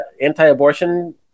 anti-abortion